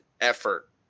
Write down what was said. effort